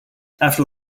after